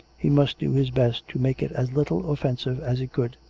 he must do his best to make it as little offensive as he could.